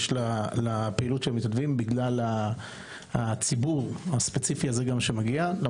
בגלל הציבור הספציפי שמגיע לאירוע,